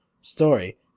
story